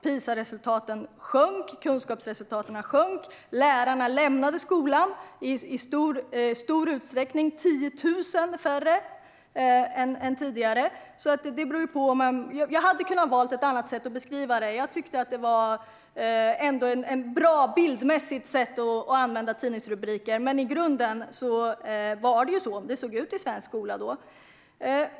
PISA-resultaten och kunskapsresultaten sjönk. Lärarna lämnade skolan i stor utsträckning. Det blev 10 000 färre än tidigare. Jag hade kunnat välja att beskriva det hela på ett annat sätt. Jag tyckte ändå att det bildmässigt var ett bra sätt att använda tidningsrubriker. I grunden såg det dock ut så här i svensk skola.